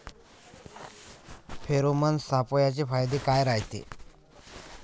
Pheromone सापळ्याचे फायदे काय रायते?